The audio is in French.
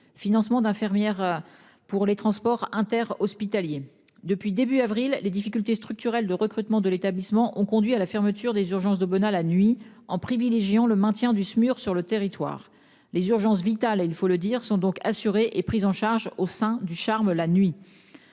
financement d'infirmières. Pour les transports inter-hospitalier depuis début avril, les difficultés structurelles de recrutement de l'établissement ont conduit à la fermeture des urgences de la nuit en privilégiant le maintien du SMUR sur le territoire, les urgences vitales et il faut le dire sont donc assurés et prise en charge au sein du charme. La nuit